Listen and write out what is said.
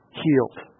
healed